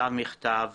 נטע אבן צור,